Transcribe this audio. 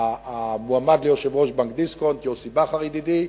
והמועמד ליושב-ראש בנק דיסקונט יוסי בכר ידידי,